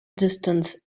distance